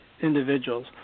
individuals